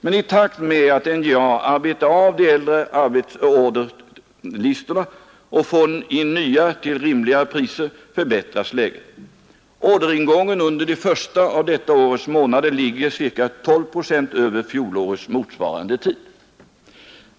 Men i takt med att NJA arbetar av de äldre arbetsorderlistorna och får in nya order till rimligare priser förbättras läget. Orderingången under de första av detta års månader ligger ca 12 procent över fjolårets motsvarande tid.